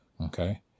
Okay